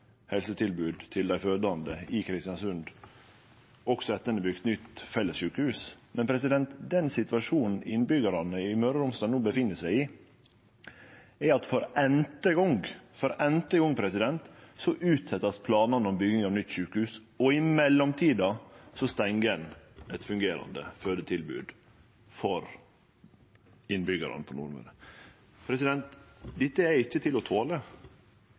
helsetilbod til dei fødande i Kristiansund, også etter at ein har bygd nytt felles sjukehus. Den situasjonen innbyggjarane i Møre og Romsdal no er i, er at ein for n-te gong – for n-te gong – utset planane om bygging av nytt sjukehus, og i mellomtida stengjer ein eit fungerande fødetilbod for innbyggjarane på Nordmøre. Dette er ikkje til å